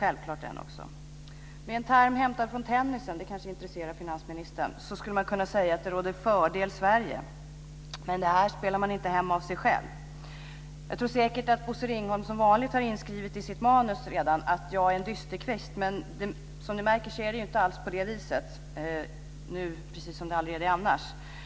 Med en term hämtad från tennisen - det intresserar kanske finansministern - skulle man kunna säga att det råder fördel Sverige. Men poängen spelas inte hem av sig självt. Jag tror säkert att Bosse Ringholm som vanligt redan har inskrivet i sitt manus att jag är en dysterkvist, men som ni märker är det inte alls på det viset, och det är inte heller annars så.